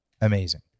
Amazing